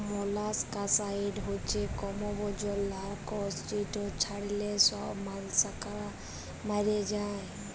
molluscicide হছে কমবজ লাসক যেট ছড়াল্যে ছব মলাসকালা ম্যইরে যায়